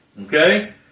Okay